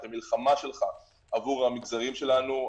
את המלחמה שלך עבור המגזרים שלנו.